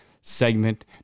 segment